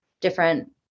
different